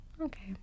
Okay